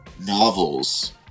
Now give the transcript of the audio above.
novels